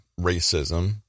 racism